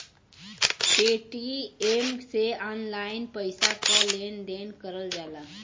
Paytm से online पइसा क लेन देन करल जाला